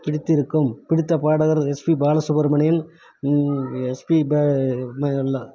பிடித்திருக்கும் பிடித்த பாடகர் எஸ்பி பாலசுப்ரமணியன் எஸ்பி ம